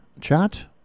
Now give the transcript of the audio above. chat